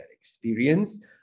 experience